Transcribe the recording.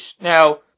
now